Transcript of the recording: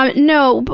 but no. but